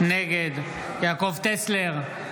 נגד יעקב טסלר,